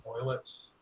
toilets